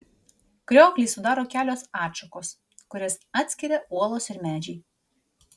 krioklį sudaro kelios atšakos kurias atskiria uolos ir medžiai